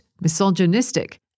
misogynistic